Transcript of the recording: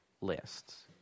lists